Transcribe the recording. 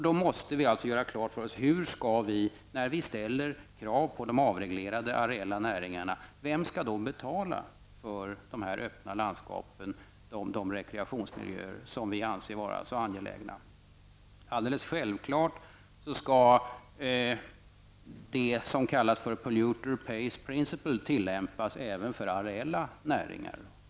Då måste vi göra klart för oss när vi ställer krav på de avreglerade areella näringarna vem som skall betala för de öppna landskap, de rekreationsmiljöer som vi anser vara så angelägna. Alldeles självklart skall det som kallas pollutor based principle tillämpas även för areella näringar.